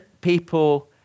people